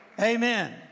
Amen